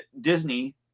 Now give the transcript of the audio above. Disney